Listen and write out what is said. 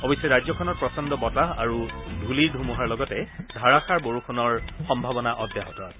অৱশ্যে ৰাজ্যখনত প্ৰচণ্ড বতাহ আৰু ধূলিৰ ধুমুহাৰ লগতে ধাৰাষাৰ বৰষুণৰ সম্ভাৱনা অব্যাহত আছে